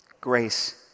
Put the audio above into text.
Grace